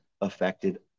affected